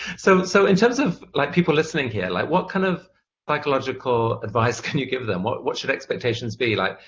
so so in terms of like people listening here, like what kind of psychological advice can you give them? what what should expectations be? like,